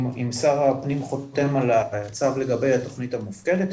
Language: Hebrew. אם שר הפנים חותם על הצו לגבי תכנית המופקדת,